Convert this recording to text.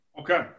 Okay